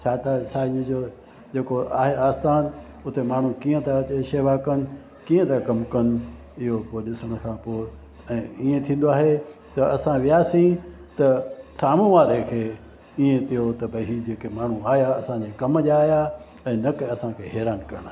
छा त असांजो जेको आहे स्थानु हुते माण्हू कीअं त अची शेवा कनि कीअं ता कमु कनि इहो पोइ ॾिसण खां पोइ ऐं ईंअ थींदो आहे त असां वियासीं त साम्हूं वारे खे इहो ईअं थियो कि ही त जेके माण्हू आया असांजे कम जा आहियां ऐं न की असांखे हैरान करणु आहियां